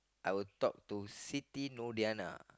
I would talk to Siti Nur Diyana